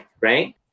Right